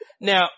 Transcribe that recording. Now